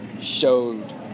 showed